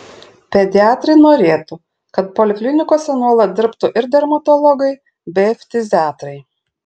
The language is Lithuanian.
pediatrai norėtų kad poliklinikose nuolat dirbtų ir dermatologai bei ftiziatrai